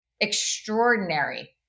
extraordinary